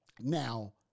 Now